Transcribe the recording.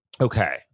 Okay